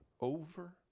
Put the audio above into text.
over